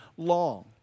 long